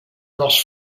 dels